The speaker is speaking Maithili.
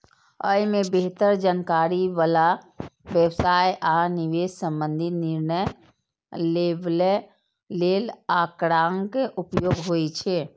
अय मे बेहतर जानकारी बला व्यवसाय आ निवेश संबंधी निर्णय लेबय लेल आंकड़ाक उपयोग होइ छै